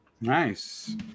nice